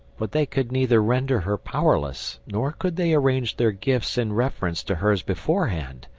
but they could neither render her powerless, nor could they arrange their gifts in reference to hers beforehand,